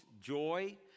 joy